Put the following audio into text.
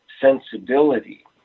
sensibility